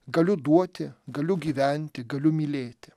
galiu duoti galiu gyventi galiu mylėti